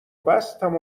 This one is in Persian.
بستم